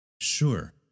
Sure